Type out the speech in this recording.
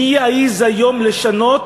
מי יעז היום לשנות